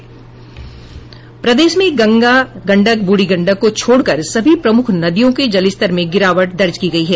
प्रदेश में गंगा गंडक बूढ़ी गंडक को छोड़कर सभी प्रमुख नदियों के जलस्तर में गिरावट दर्ज की गयी है